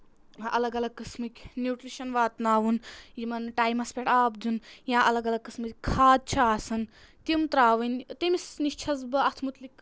الگ الگ قٕسمٕکۍ نیوٗٹِرٛشَن واتناوُن یِمَن ٹایمَس پؠٹھ آب دیُن یا الگ الگ قٕسمٕکۍ کھاد چھےٚ آسان تِم ترٛاوٕنۍ تٔمِس نِش چھَس بہٕ اَتھ مُتعلِق